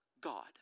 God